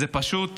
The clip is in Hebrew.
זה פשוט